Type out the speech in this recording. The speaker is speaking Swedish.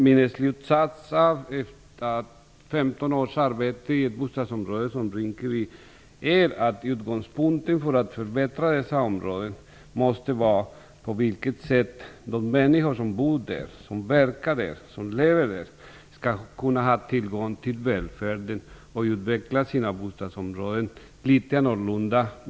Min slutsats efter 15 års arbete i ett bostadsområde som Rinkeby är att utgångspunkten för att förbättra sådana här områden måste vara det sätt på vilket de människor som lever där - som bor och verkar där - skall kunna ha tillgång till välfärden och kunna utveckla sina bostadsområden litet annorlunda.